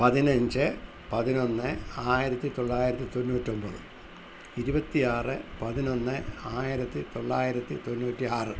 പതിനഞ്ച് പതിനൊന്ന് ആയിരത്തി തൊള്ളായിരത്തി തൊണ്ണൂറ്റൊൻപത് ഇരുപത്തി ആറ് പതിനൊന്ന് ആയിരത്തി തൊള്ളായിരത്തി തൊണ്ണൂറ്റി ആറ്